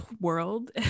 world